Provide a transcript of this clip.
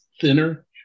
thinner